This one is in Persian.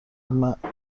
مربی